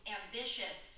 ambitious